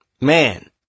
Man